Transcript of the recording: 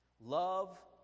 love